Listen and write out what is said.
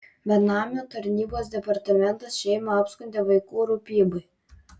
benamių tarnybos departamentas šeimą apskundė vaikų rūpybai